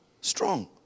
strong